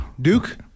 Duke